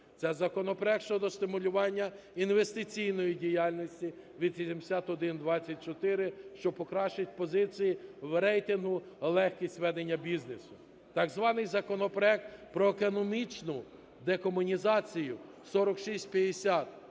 Це законопроект щодо стимулювання інвестиційної діяльності (8124), що покращить позиції в рейтингу легкість ведення бізнесу. Так званий законопроект про економічну декомунізацію (4650)